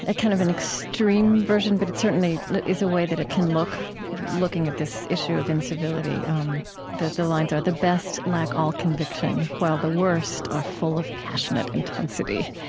ah kind of an extreme version, but it certainly is a way that it can look looking at this issue of incivility um that the lines are, the best lack all conviction, while the worst are full of passionate intensity.